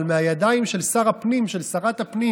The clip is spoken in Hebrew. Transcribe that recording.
אבל מהידיים של שרת הפנים